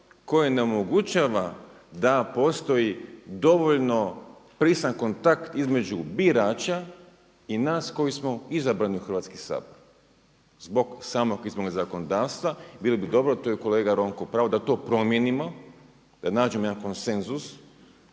koje nam omogućava da postoji dovoljno prisan kontakt između birača i nas koji smo izabrani u Hrvatski sabor. Zbog samo izbornog zakonodavstva, bilo bi dobro to je kolega Ronko u pravu, da to promijenimo da nađemo jedan konsenzus